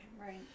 Right